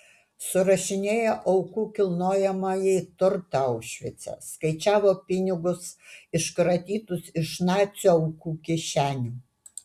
surašinėjo aukų kilnojamąjį turtą aušvice skaičiavo pinigus iškratytus iš nacių aukų kišenių